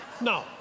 No